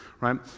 right